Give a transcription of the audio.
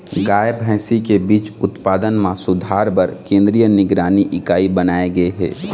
गाय, भइसी के बीज उत्पादन म सुधार बर केंद्रीय निगरानी इकाई बनाए गे हे